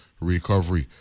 recovery